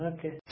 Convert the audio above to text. Okay